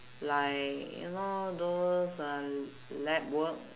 like you know those uh lab work